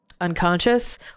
unconscious